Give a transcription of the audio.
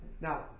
Now